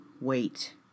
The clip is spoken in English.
wait